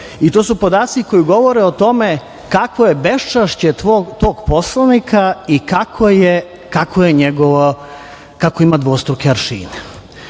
To su podaci koji govore o tome kakvo je beščašće tog poslanika i kako ima dvostruke aršine. Slušamo